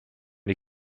die